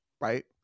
right